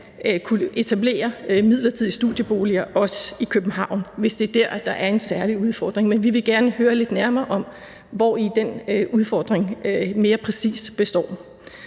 kunne etablere midlertidige studieboliger også i København, hvis det er der, der er en særlig udfordring. Men vi vil gerne høre lidt nærmere om, hvori den udfordring mere præcis består.